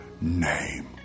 name